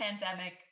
pandemic